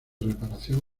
reparación